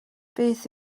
beth